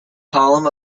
column